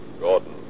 Gordon